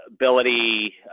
ability